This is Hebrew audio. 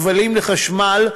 כבלים לחשמל,